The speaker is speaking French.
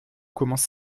commence